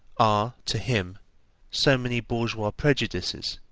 are to him so many bourgeois prejudices,